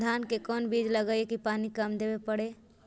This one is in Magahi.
धान के कोन बिज लगईऐ कि पानी कम देवे पड़े?